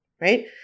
right